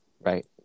Right